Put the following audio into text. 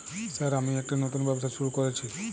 Sir আমি একটি নতুন ব্যবসা শুরু করেছি?